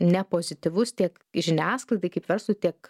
nepozityvus tiek žiniasklaidai kaip verslui tiek